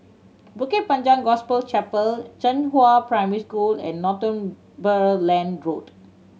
Bukit Panjang Gospel Chapel Zhenghua Primary School and Northumberland Road